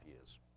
years